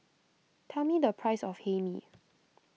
tell me the price of Hae Mee